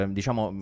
diciamo